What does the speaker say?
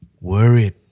worried